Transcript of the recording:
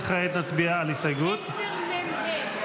כעת נצביע על הסתייגות -- 10 מ"ה.